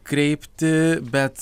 kreipti bet